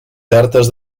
certes